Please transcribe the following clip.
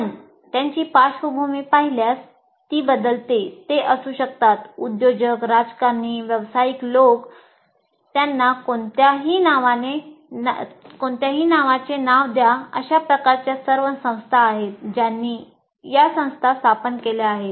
आपण त्यांची पार्श्वभूमी पाहिल्यास ती बदलते ते असू शकतात उद्योजक राजकारणी व्यावसायिक लोक त्यांना कोणत्याही नावाचे नाव द्या अशा प्रकारच्या सर्व संस्था आहेत ज्यांनी या संस्था स्थापन केल्या आहेत